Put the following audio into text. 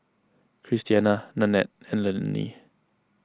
Christiana Nannette and Lannie